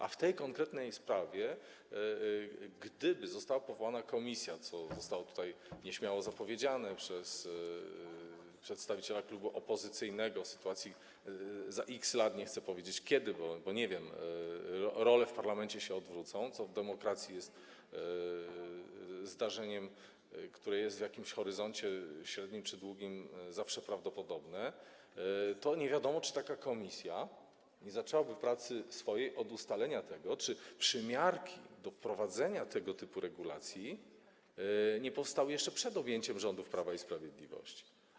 A w tej konkretnej sprawie, gdyby została powołana komisja - co zostało tutaj nieśmiało zapowiedziane przez przedstawiciela klubu opozycyjnego - za X lat, nie chcę powiedzieć kiedy, bo nie wiem, kiedy role w parlamencie się odwrócą, co w demokracji jest zdarzeniem w jakimś horyzoncie, średnim czy długim, zawsze prawdopodobne, to nie wiadomo, czy taka komisja nie zaczęłaby swojej pracy od ustalenia tego, czy przymiarki do wprowadzenia tego typu regulacji nie powstały jeszcze przed objęciem rządów przez Prawo i Sprawiedliwość.